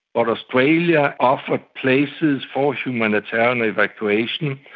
but australia offered places for humanitarian evacuation.